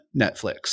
netflix